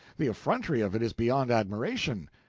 the effrontery of it is beyond admiration.